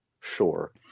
Sure